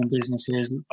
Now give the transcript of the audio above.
businesses